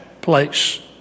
place